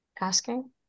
asking